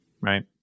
Right